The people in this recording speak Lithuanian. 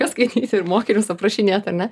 ką skaityti ir mokinius aprašinėt ar ne